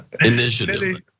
initiative